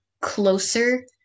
closer